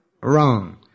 Wrong